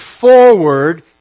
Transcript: forward